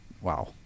Wow